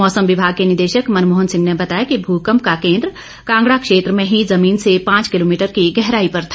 मौसम विभाग के निदेशक मनमोहन सिंह ने बताया कि भूकम्प का केंद्र कांगड़ा क्षेत्र में ही जमीन से पांच किलोमीटर की गहराई पर था